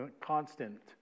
constant